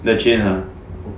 the chain ah